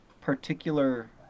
particular